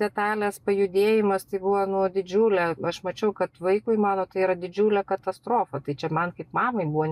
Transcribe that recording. detalės pajudėjimas tai buvo nu didžiulė aš mačiau kad vaikui mano tai yra didžiulė katastrofa tai čia man kaip mamai buvo